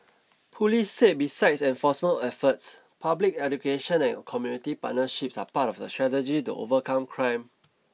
police said besides enforcement efforts public education and community partnerships are part of the strategy to overcome crime